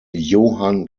johann